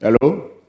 Hello